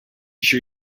sure